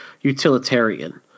utilitarian